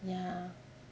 ya